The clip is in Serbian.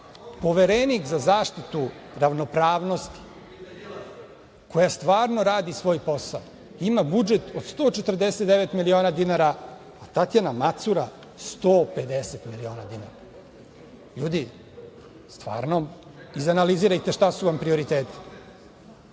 Poverenik za zaštitu ravnopravnosti, koji stvarno radi svoj posao ima budžet od 149 miliona dinara, a Tatjana Macura 150 miliona dinara. Ljudi, stvarno izanalizirajte šta su vam prioriteti. Naravno,